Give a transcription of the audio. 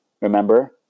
Remember